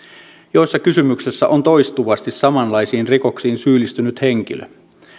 joissa kysymyksessä on toistuvasti samanlaisiin rikoksiin syyllistynyt henkilö